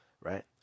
right